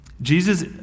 Jesus